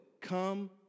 come